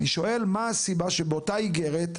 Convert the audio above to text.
אני שואל מה הסיבה שבאותה איגרת,